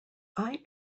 eye